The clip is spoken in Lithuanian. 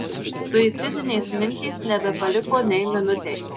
suicidinės mintys nebepaliko nei minutei